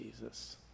Jesus